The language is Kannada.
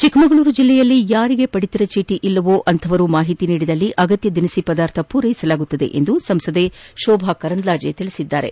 ಚಿಕ್ಕಮಗಳೂರು ಜಿಲ್ಲೆಯಲ್ಲಿ ಯಾರಿಗೆ ಪಡಿತರ ಚೀಟ ಇಲ್ಲವೋ ಅಂಥವರು ಮಾಹಿತಿ ನೀಡಿದರೆ ಅಗತ್ಯ ದಿನಸಿ ಪದಾರ್ಥಗಳನ್ನು ಪೂರೈಸಲಾಗುವುದು ಎಂದು ಸಂಸದೆ ಶೋಭಾ ಕರಂದ್ಲಾಜೆ ತಿಳಿಸಿದ್ದಾರೆ